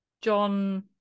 John